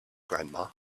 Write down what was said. grandma